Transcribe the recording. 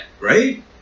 Right